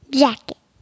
jacket